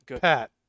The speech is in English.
Pat